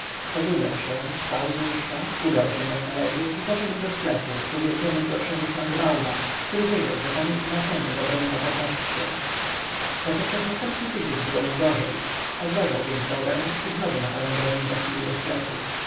zadumał się wstał z łóżka ubrał się jak należy i poszedł do sklepu ku wielkiemu zgorszeniu szlangbauma który wiedział że panu ignacemu zabroniono podnosić się zato przez następny dzień było mu gorzej odleżał więc dobę i znowu na parę godzin zaszedł do sklepu